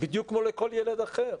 בדיוק כמו לכל ילד אחר.